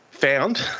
found